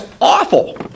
awful